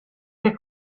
che